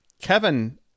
Kevin